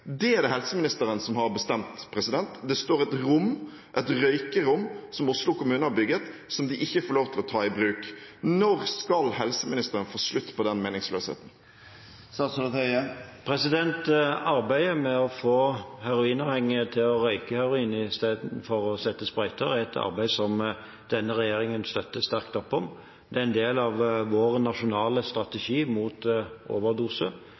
Det er det helseministeren som har bestemt. Det står et rom – et røykerom – som Oslo kommune har bygget, som de ikke får lov til å ta i bruk. Når skal helseministeren få slutt på denne meningsløsheten? Arbeidet med å få heroinavhengige til å røyke heroin istedenfor å sette sprøyter er et arbeid som denne regjeringen støtter sterkt opp om. Det er en del av vår nasjonale strategi mot